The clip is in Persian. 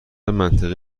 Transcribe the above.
منطقی